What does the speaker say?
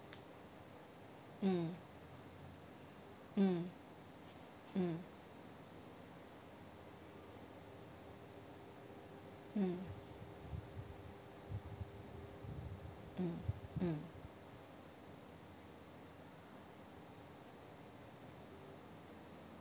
mm mm mm mm mm mm